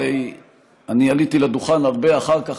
הרי אני עליתי לדוכן הרבה אחר כך,